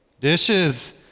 Dishes